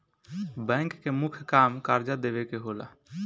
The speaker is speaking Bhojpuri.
बैंक के मुख्य काम कर्जा देवे के होला